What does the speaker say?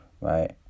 right